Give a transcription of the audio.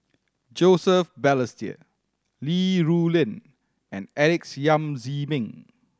Joseph Balestier Li Rulin and Alex Yam Ziming